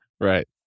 Right